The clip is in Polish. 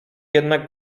jednak